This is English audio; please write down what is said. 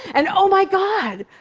and oh my god.